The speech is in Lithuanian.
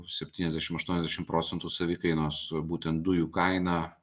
septyniasdešimt aštuoniasdešimt procentų savikainos būtent dujų kaina